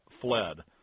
fled